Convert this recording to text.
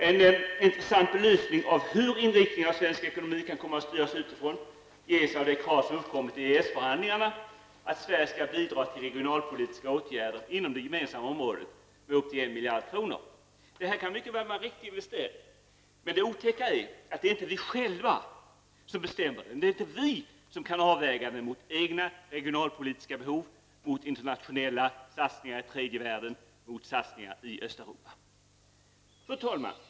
En intressant belysning av hur inriktningen av svensk ekonomi kan komma att styras utifrån ges av det krav som uppkommit i EES-förhandlingarna att Sverige skall bidra till regionalpolitiska åtgärder inom det gemensamma området med upptill 1 miljard kronor. Detta kan mycket väl vara en riktig investering, men det otäcka är att det inte är vi själva som bestämmer den; det är inte vi som kan avväga den mot egna regionalpolitiska behov, mot internationella satsningar i tredje världen, mot satsningar i Östeuropa. Fru talman!